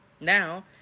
Now